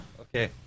Okay